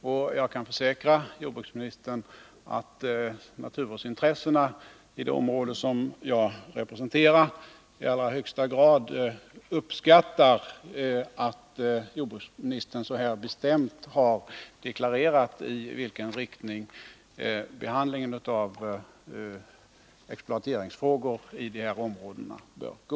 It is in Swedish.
Och jag kan försäkra jordbruksministern att naturvårdsintressena i den region som jag representerar uppskattar i allra högsta grad att jordbruksministern så bestämt har deklarerat i vilken riktning behandlingen av exploateringsfrågor i dessa områden bör gå.